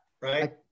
Right